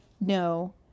no